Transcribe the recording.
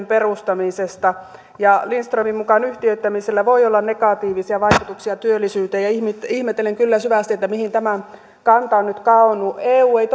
perustamisesta lindströmin mukaan yhtiöittämisellä voi olla negatiivisia vaikutuksia työllisyyteen ihmettelen kyllä syvästi mihin tämä kanta on nyt kadonnut eu ei